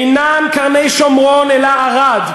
אינם קרני-שומרון אלא ערד,